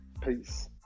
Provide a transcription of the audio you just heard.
Peace